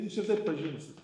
jūs ir taip pažinsit